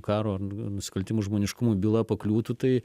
karo nusikaltimų žmoniškumui byla pakliūtų tai